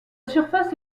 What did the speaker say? surface